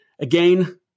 Again